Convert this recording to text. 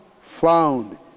found